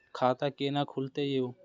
खाता केना खुलतै यो